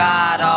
God